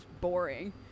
boring